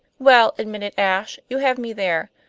well, admitted ashe, you have me there